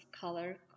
color